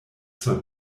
zur